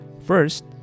first